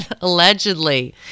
allegedly